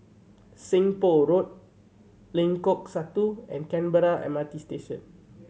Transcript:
Seng Poh Road Lengkok Satu and Canberra M R T Station